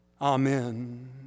Amen